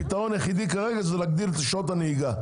הפתרון היחיד כרגע הוא להגדיל את שעות הנהיגה.